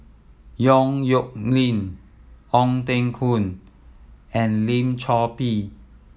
Yong Nyuk Lin Ong Teng Koon and Lim Chor Pee